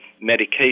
medication